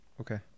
Okay